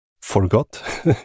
forgot